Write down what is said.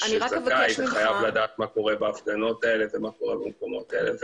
שזכאי וחייב לדעת מה קורה בהפגנות האלה ומה קורה במקומות האלה.